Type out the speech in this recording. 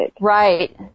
right